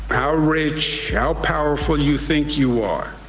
how rich, how powerful you think you are.